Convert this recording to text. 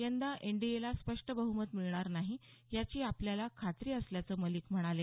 यंदा एनडीएला स्पष्ट बह्मत मिळणार नाही याची आपल्याला खात्री असल्याचं मलिक म्हणाले